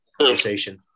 conversation